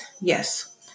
Yes